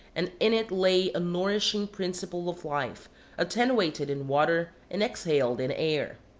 and in it lay a nourishing principle of life attenuated in water and exhaled in air.